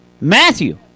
Matthew